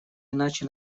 иначе